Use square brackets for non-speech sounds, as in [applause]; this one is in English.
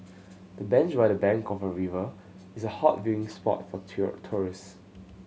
the bench by the bank of the river is a hot viewing spot for [unintelligible] tourist